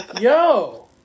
Yo